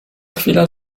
chwila